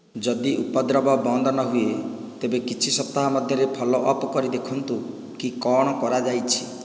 ଯଦି ଉପଦ୍ରବ ବନ୍ଦ ନ ହୁଏ ତେବେ କିଛି ସପ୍ତାହ ମଧ୍ୟରେ ଫଲୋ ଅପ୍ କରି ଦେଖନ୍ତୁ କି କ'ଣ କରାଯାଇଛି